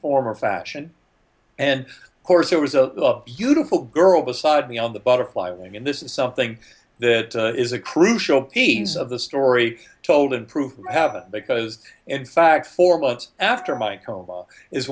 form or fashion and of course there was a beautiful girl beside me on the butterfly wing and this is something that is a crucial piece of the story told and prove i have it because in fact four months after my coma is